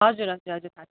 हजुर हजुर हजुर